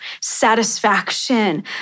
satisfaction